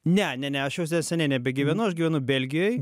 ne ne ne aš jau se nebegyvenu aš gyvenu belgijoj